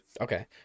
Okay